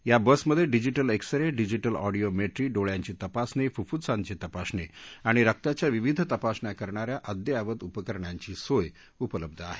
या बसमध्ये digital X ray digital audiometry डोळ्यांची तपासणी फुफ्फुसाची तपासणी आणि रक्ताच्या विविध तपासण्या करणाऱ्या अद्ययावत उपकरणांची सोय उपलब्ध आहे